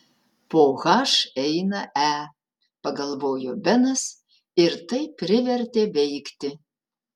po h eina e pagalvojo benas ir tai privertė veikti